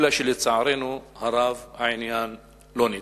אלא שלצערנו הרב הדבר לא ניתן.